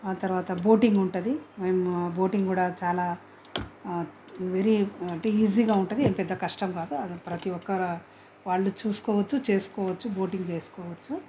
తర్వాత బోటింగ్ ఉంటుంది మేము బోటింగ్ కూడా చాలా వెరీ అంటే ఈజీగా ఉంటుంది ఏం పెద్ద కష్టం కాదు ప్రతీ ఒక్క వాళ్ళు చూసుకోవచ్చు చేసుకోవచ్చు బోటింగ్ చేసుకోవచ్చు